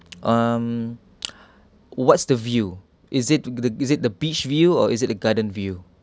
um what's the view is it the is it the beach view or is it the garden view